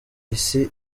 isi